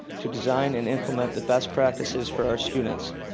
to design and implement the best practices for our students.